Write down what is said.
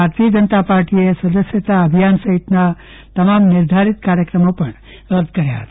ભારતીય જનતા પાર્ટીએ સદસ્યતા અભિયાન સહિતના તમામ નિર્ધારિત કાર્યક્રમ રદ કર્યા છે